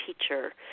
teacher